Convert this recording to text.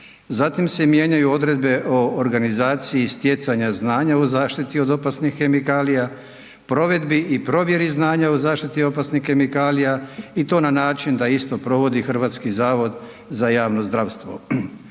Zatim se mijenjaju i odredbe o organizaciji stjecanja znanja u zaštiti od opasnih kemikalija, provedbi i provjeri znanja o zaštiti opasnih kemikalija i to na način da isto provodi HZJZ. Mijenjaju se i odredbe o